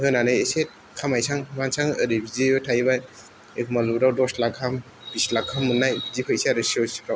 होनानै एसे खामायनोसै आं ओरै बिदिबो थाहैबाय एखम्बा लुद'आव दस लाख गाहाम बिस लाख मोननाय बिदि फैनोसै आरो सिअ'सिफ्राव